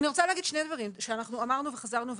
אני רוצה להגיד שני דברים, שחזרנו ואמרנו.